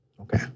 Okay